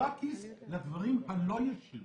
לא הכיס, לדברים הלא ישירים.